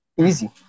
Easy